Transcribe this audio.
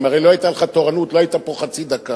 הרי אם לא היתה לך תורנות לא היית פה חצי דקה.